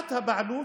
בתביעת הבעלות,